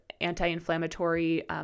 anti-inflammatory